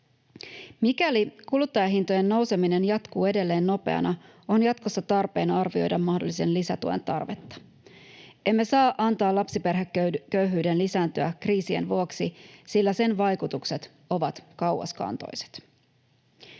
Mikäli kuluttajahintojen nouseminen jatkuu edelleen nopeana, on jatkossa tarpeen arvioida mahdollisen lisätuen tarvetta. Emme saa antaa lapsiperheköyhyyden lisääntyä kriisien vuoksi, sillä sen vaikutukset ovat kauaskantoiset.